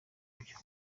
byo